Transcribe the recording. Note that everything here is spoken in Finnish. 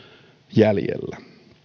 jäljellä